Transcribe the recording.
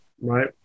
right